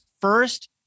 first